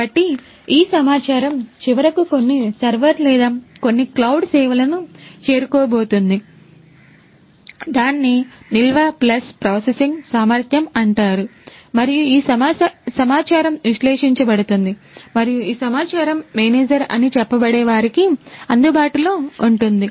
కాబట్టి ఈ సమాచారం చివరకు కొన్ని సర్వర్ లేదా కొన్ని క్లౌడ్ సేవలను చేరుకోబోతోంది దాన్ని నిల్వ ప్లస్ ప్రాసెసింగ్ సామర్ధ్యం అంటారు మరియు ఈ సమాచారం విశ్లేషించబడుతుంది మరియు ఈ సమాచారం మేనేజర్ అని చెప్పబడే వారికి అందుబాటులో ఉంటుంది